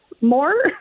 More